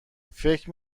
فکر